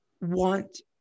want